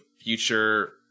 future